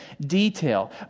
detail